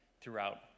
throughout